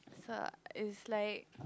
so it's like